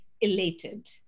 elated